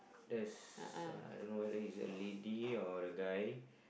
there's uh I don't know whether is it a lady or a guy